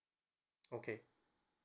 okay